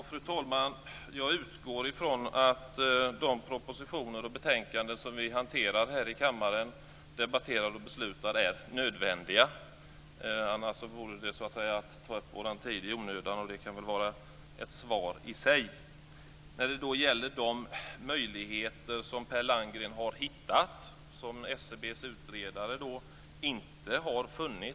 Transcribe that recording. Fru talman! Jag utgår från att de propositioner och betänkanden som vi debatterar och beslutar om här i kammaren är nödvändiga. Annars vore det att ta upp vår tid i onödan. Det kan väl vara ett svar i sig. Sedan gällde det de möjligheter som Per Landgren har hittat och som SCB:s utredare inte har funnit.